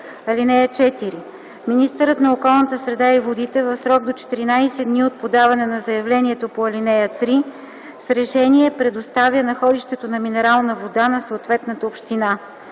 съвет. (4) Министърът на околната среда и водите в срок до 14 дни от подаване на заявлението по ал. 3 с решение предоставя находището на минерална вода на съответната община.